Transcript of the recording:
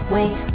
Wait